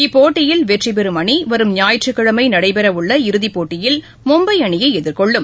இப்போட்டியில் வெற்றி பெறும் அணி வரும் ஞாயிற்றுக்கிழமை நடைபெறவுள்ள இறுதிப்போட்டியில் மும்பை அணியை எதிர்கொள்ளும்